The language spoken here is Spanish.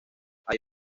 hay